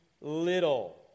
little